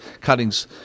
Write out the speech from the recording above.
cuttings